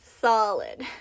solid